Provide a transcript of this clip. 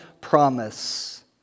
promise